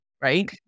right